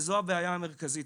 וזו הבעיה המרכזית,